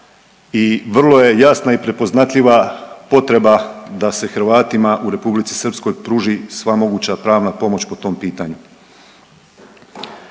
i vrlo je jasna i prepoznatljiva potreba da se Hrvatima u Republici Srpskoj pruži sva moguća pravna pomoć po tom pitanju.